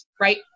Right